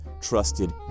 trusted